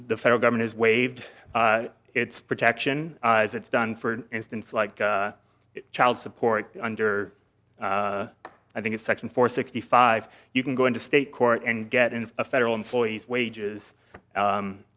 the federal government has waived its protection as it's done for instance like child support under i think it's section four sixty five you can go into state court and get into a federal employees wages